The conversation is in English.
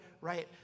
right